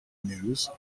news